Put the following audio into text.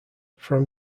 from